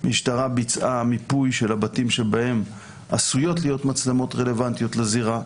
המשטרה ביצעה מיפוי של הבתים שבהם עשויות להיות מצלמות רלוונטיות לזירה.